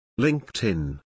LinkedIn